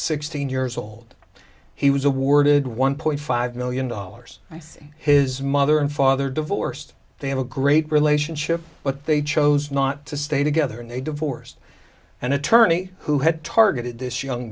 sixteen years old he was awarded one point five dollars i think his mother and father divorced they had a great relationship but they chose not to stay together and they divorced an attorney who had targeted this young